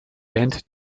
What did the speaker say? band